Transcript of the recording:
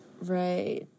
Right